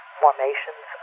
formations